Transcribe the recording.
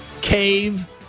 Cave